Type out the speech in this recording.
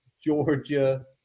Georgia